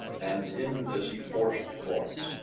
and into this he forced the corpse,